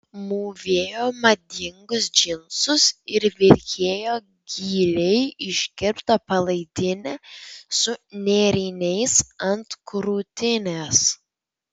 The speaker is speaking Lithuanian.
mūvėjo madingus džinsus ir vilkėjo giliai iškirptą palaidinę su nėriniais ant krūtinės